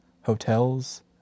hotels